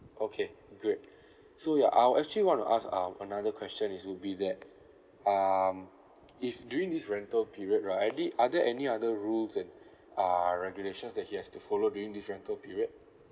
okay great so yeah I'd actually want to ask um another question is would be that um if during this rental period right the are there any other rules and uh regulations that he has to follow during this rental period